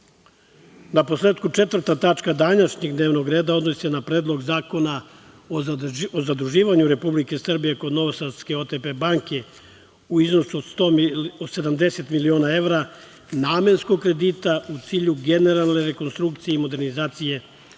periodu. Naposletku, četvrta tačka današnjeg dnevnog reda odnosi se na Predlog zakona o zaduživanju Republike Srbije kod novosadske OTP banke u iznosu od 170.000.000 evra namenskog kredita u cilju generalne rekonstrukcije i modernizacije